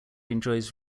enjoys